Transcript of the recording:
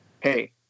hey